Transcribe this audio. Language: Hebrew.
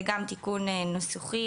זה גם תיקון ניסוחי,